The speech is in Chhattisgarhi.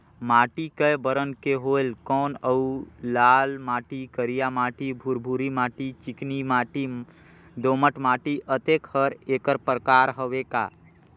माटी कये बरन के होयल कौन अउ लाल माटी, करिया माटी, भुरभुरी माटी, चिकनी माटी, दोमट माटी, अतेक हर एकर प्रकार हवे का?